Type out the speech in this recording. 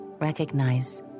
Recognize